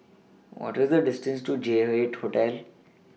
What IS The distance to J eight Hotel